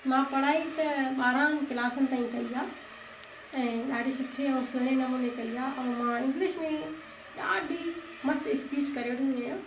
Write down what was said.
मां पढ़ाई त ॿारहनि क्लासनि ताईं कई आहे ऐं ॾाढी सुठी ऐं सुहिणे नमूने कई आहे ऐं मां इंग्लिश में ॾाढी मस्तु स्पीच करे वठंदी आहियां